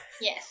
Yes